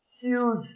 huge